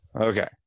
Okay